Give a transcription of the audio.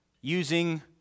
using